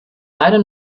leider